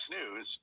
News